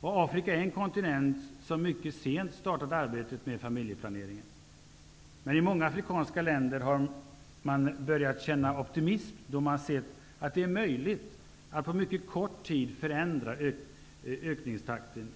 Afrika är en kontinent som mycket sent startade arbetet med familjeplanering, men i många afrikanska länder har man börjat känna optimism, då man sett att det är möjligt att på mycket kort tid vända ökningstakten hos befolkningen.